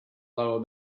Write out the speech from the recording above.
lower